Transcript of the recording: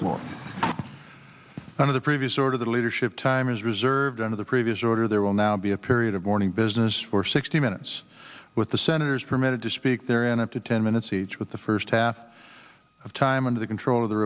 of the previous order the leadership time is reserved under the previous order there will now be a period of morning business for sixty minutes with the senators permitted to speak there and up to ten minutes each with the first half of time under the control of the